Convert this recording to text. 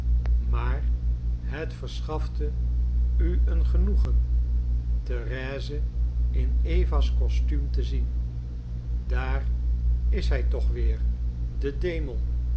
maar het verschafte u een genoegen thérèse in eva's kostuum te zien daar is hij toch weer de demon